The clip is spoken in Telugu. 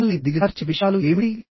మిమ్మల్ని దిగజార్చే విషయాలు ఏమిటి